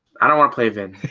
i don't wanna play then